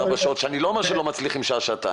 שאני לא אומר שהם לא מצליחים שעה-שעתיים,